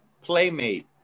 Playmate